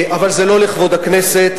אבל זה לא לכבוד הכנסת,